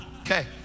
Okay